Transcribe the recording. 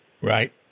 Right